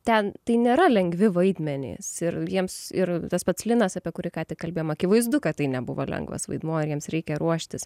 ten tai nėra lengvi vaidmenys ir jiems ir tas pats linas apie kurį ką tik kalbėjom akivaizdu kad tai nebuvo lengvas vaidmuo ir jiems reikia ruoštis